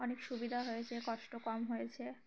অনেক সুবিধা হয়েছে কষ্ট কম হয়েছে